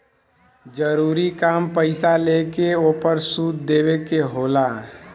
जरूरी काम पईसा लेके ओपर सूद देवे के होला